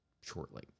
shortly